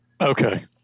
okay